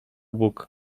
bóg